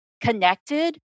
connected